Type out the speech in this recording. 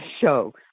show